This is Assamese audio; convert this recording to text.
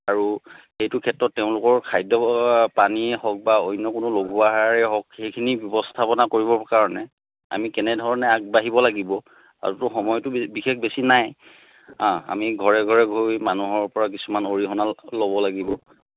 আৰু এইটো ক্ষেত্ৰত তেওঁলোকৰ খাদ্য পানীয়ে হওক বা অন্য কোনো লঘু আহাৰেই হওক সেইখিনি ব্যৱস্থাপনা কৰিবৰ কাৰণে আমি কেনেধৰণে আগবাঢ়িব লাগিব আৰুতোটো সময়তো বিশেষ বেছি নাই আমি ঘৰে ঘৰে গৈ মানুহৰপৰা কিছুমান অৰিহণা ল'ব লাগিব